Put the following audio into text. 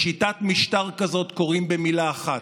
לשיטת משטר כזאת קוראים, במילה אחת,